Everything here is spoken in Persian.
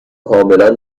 کاملا